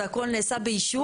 זה הכל נעשה באישור.